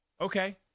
okay